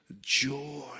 joy